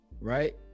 Right